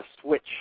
switch